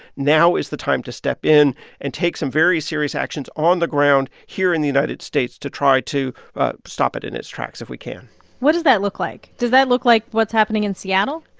now is the time to step in and take some very serious actions on the ground here in the united states to try to stop it in its tracks if we can what does that look like? does that look like what's happening in seattle?